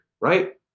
right